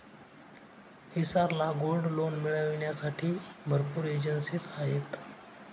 हिसार ला gold loan मिळविण्यासाठी भरपूर एजेंसीज आहेत